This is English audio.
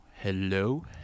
Hello